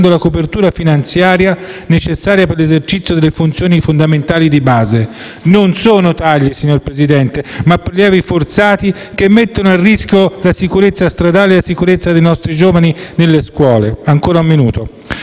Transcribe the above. la copertura finanziaria necessaria per l'esercizio delle funzioni fondamentali di base. Non sono tagli, signor Presidente, ma prelievi forzati che mettono a rischio la sicurezza stradale e la sicurezza dei nostri giovani nelle scuole. In sede di